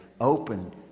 open